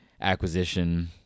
acquisition